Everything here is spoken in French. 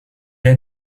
est